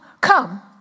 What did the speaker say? come